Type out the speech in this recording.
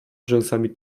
rzęsami